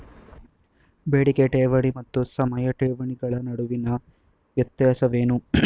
ಬೇಡಿಕೆ ಠೇವಣಿ ಮತ್ತು ಸಮಯ ಠೇವಣಿಗಳ ನಡುವಿನ ವ್ಯತ್ಯಾಸವೇನು?